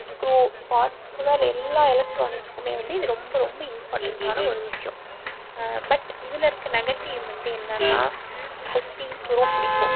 screw whatever எல்லா எலக்ட்ரானிக்ஸுக்குமே வந்து இது ரொம்ப ரொம்ப இம்பார்ட்டண்ட்டான ஒரு விஷ்யம் பட் இதில் இருக்கற நெகட்டிவ் வந்து என்னான்னால் ஃபஸ்ட் திங் துரு பிடிக்கும்